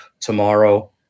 tomorrow